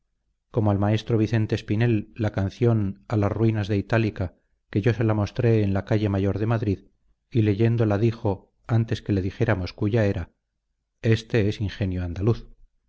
como al maestro vicente espinel la canción a las ruinas de itálica que yo se la mostré en la calle mayor de madrid y leyéndola dijo antes que le dijéramos cuya era este es ingenio andaluz